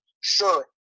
Sure